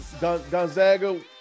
Gonzaga